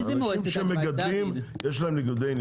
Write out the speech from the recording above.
אנשים שמגלים יש להם ניגודי עניינים?